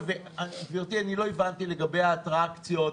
גברתי, אני לא הבנתי לגבי האטרקציות